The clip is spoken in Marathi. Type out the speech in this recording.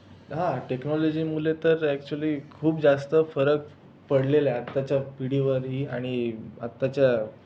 हा टेक्नॉलॉजीमुळे तर ॲक्चुली खूप जास्त फरक पडलेला आहे आताच्या पिढीवरही आणि आताच्या